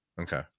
Okay